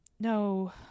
no